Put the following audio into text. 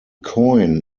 coin